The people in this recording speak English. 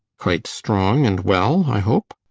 quite strong and well, i hope?